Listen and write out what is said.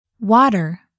Water